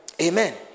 Amen